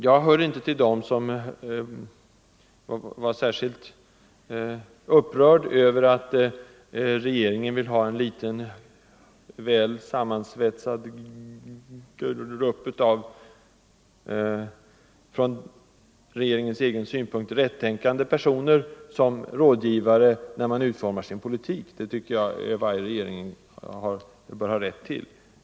Jag hör inte till dem som är upprörd över att regeringen vill ha en liten, väl sammansvetsad grupp av från regeringens egen synpunkt rätttänkande personer som rådgivare, när regeringen utformar sin politik. Det tycker jag varje regering bör ha rätt till.